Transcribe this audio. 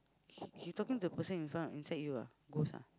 he he talking to the person in front inside you ah ghost ah